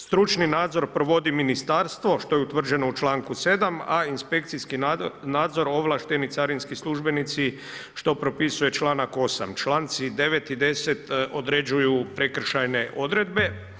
Stručni nadzor provodi ministarstvo što je utvrđeno u članku 7. a inspekcijski nadzor ovlašteni carinski službenici što propisuje članak 8. Članci 9. i 10. određuju prekršajne odredbe.